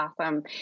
Awesome